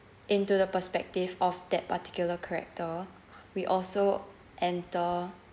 into the perspective of that particular character we also enter